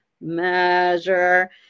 measure